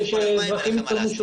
אותן, אם אין מה